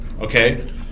Okay